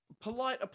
polite